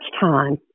time